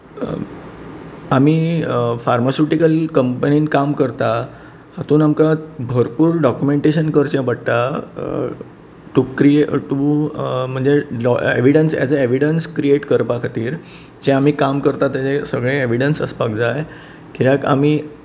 आमी फार्मासुटीकल कंपनीन काम करतात हातूंत आमकां भरपूर डोक्युमेंटेशन करचें पडटा टू क्रियेट टू म्हणजें एज अ एविडेंस क्रियेट करपा खातीर जें आमी काम करतात ते सगळें एवीडेंस आसपाक जाय कित्याक आमी